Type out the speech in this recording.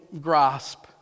grasp